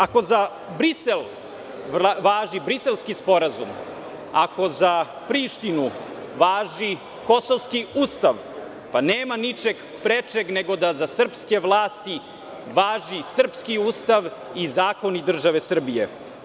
Ako za Brisel važi Briselski sporazum, ako za Prištinu važi kosovski ustav, pa nema ničeg prečeg nego da za srpske vlasti važi srpski ustav i zakoni države Srbije.